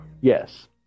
Yes